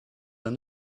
have